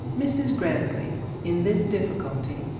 mrs grantly, in this difficulty,